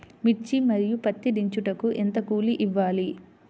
మిర్చి మరియు పత్తి దించుటకు ఎంత కూలి ఇవ్వాలి?